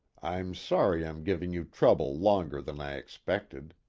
i'm sorry i'm giving you trouble longer than i expected.